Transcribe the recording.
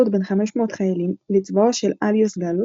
בן 500 חיילים לצבאו של אליוס גאלוס,